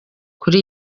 kuri